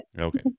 Okay